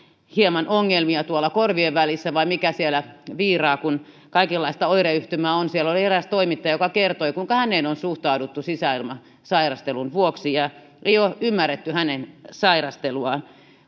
hieman ongelmia tuolla korvien välissä vai mikä siellä viiraa kun kaikenlaista oireyhtymää on siellä oli eräs toimittaja joka kertoi kuinka häneen on suhtauduttu sisäilmasairastelun vuoksi ja ei ole ymmärretty hänen sairasteluaan